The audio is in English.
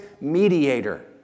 mediator